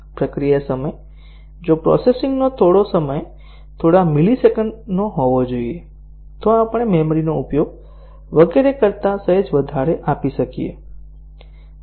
પ્રક્રિયા સમય જો પ્રોસેસિંગનો સમય થોડા મિલીસેકન્ડનો હોવો જરૂરી હોય તો આપણે મેમરીનો ઉપયોગ વગેરે કરતાં સહેજ વધારે આપી શકીએ